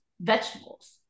vegetables